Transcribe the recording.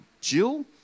Jill